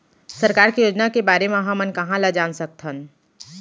सरकार के योजना के बारे म हमन कहाँ ल जान सकथन?